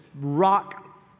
rock